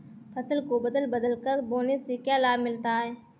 फसल को बदल बदल कर बोने से क्या लाभ मिलता है?